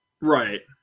Right